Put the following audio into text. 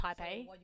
Taipei